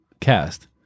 cast